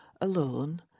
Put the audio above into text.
alone